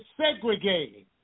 segregating